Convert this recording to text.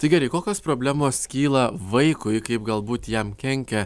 tai gerai kokios problemos kyla vaikui kaip galbūt jam kenkia